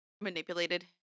manipulated